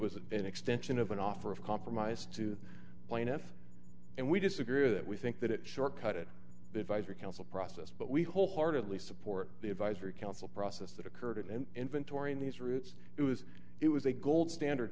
was an extension of an offer of compromise to plaintiff and we disagree with that we think that it shortcut it the advisory council process but we wholeheartedly support the advisory council process that occurred and inventorying these routes it was it was a gold standard